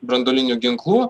branduolinių ginklų